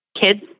kids